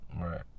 right